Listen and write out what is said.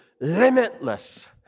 limitless